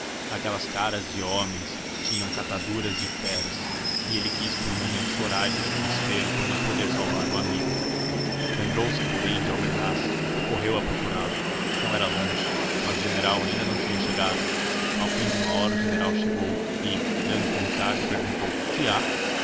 aquelas caras de homens tinham cataduras de feras e ele quis por um momento chorar de desespero por não poder salvar o amigo lembrou-se porém de albernaz e correu a procurá-lo não era longe mas o general ainda não tinha chegado ao fim de uma hora o general chegou e dando com ricardo perguntou que há